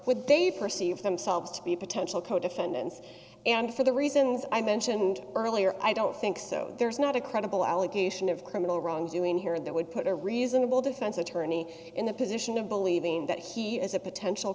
what they perceive themselves to be potential co defendants and for the reasons i mentioned earlier i don't think so there's not a credible allegation of criminal wrongdoing here that would put a reasonable defense attorney in the position of believing that he is a potential